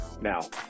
now